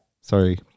Sorry